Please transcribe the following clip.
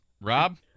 Rob